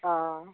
অঁ